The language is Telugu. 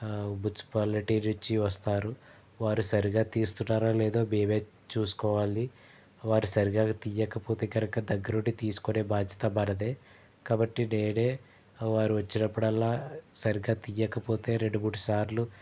మున్సిపాలిటీ నుంచి వస్తారు వారు సరిగా తీస్తున్నారో లేదో మేమే చూసుకోవాలి వారు సరిగానే తీయ్యకపోతే కనుక దగ్గరుండి తీసుకొనే బాధ్యత మనదే కాబట్టి నేనే వారు వచ్చినప్పుడల్లా సరిగ్గా తీయకపోతే రెండు మూడు సార్లు